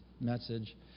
message